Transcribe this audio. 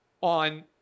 on